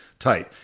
Tight